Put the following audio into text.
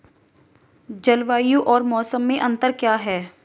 जलवायु और मौसम में अंतर क्या है?